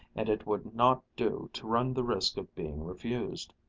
and it would not do to run the risk of being refused.